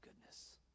goodness